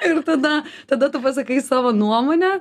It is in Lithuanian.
ir tada tada tu pasakai savo nuomonę